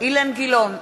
אילן גילאון,